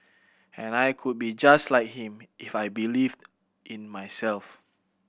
and I could be just like him if I believed in myself